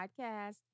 podcast